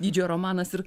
dydžio romanas ir